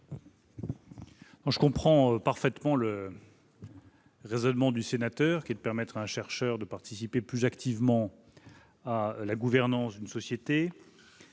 Je comprends parfaitement le raisonnement de M. le sénateur, qui souhaite permettre à un chercheur de participer plus activement à la gouvernance d'une société.